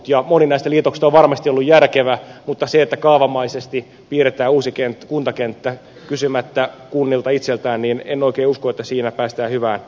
moni näistä liitoksista on varmasti ollut järkevä mutta jos kaavamaisesti piirretään uusi kuntakenttä kysymättä kunnilta itseltään niin en oikein usko että siinä päästään hyvään lopputulokseen